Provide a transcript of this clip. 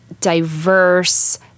diverse